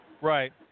Right